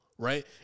Right